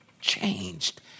changed